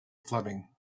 fleming